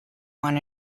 want